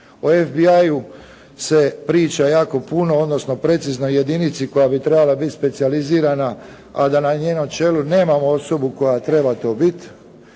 O FBI se priča jako puno, odnosno preciznoj jedinici koja bi trebala biti specijalizirana a da na njenom čelu nema osobu koja treba to biti.